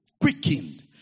quickened